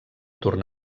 tornar